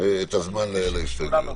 את הזמן להסתייגויות.